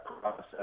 process